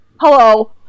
hello